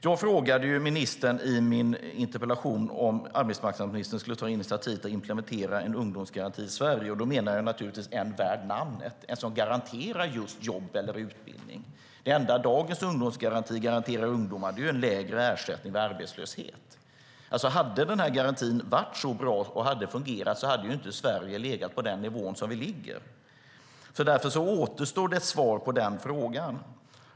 I min interpellation frågade jag arbetsmarknadsministern om hon skulle ta initiativ till att implementera en ungdomsgaranti i Sverige, och då menar jag naturligtvis en som är värd namnet och garanterar just jobb eller utbildning. Det enda dagens ungdomsgaranti garanterar ungdomar är en lägre ersättning vid arbetslöshet. Om garantin hade varit så bra och fungerat hade Sverige inte legat på den nivå vi ligger på. Därför återstår ett svar på den frågan.